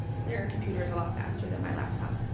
their computer is a lot faster than my laptop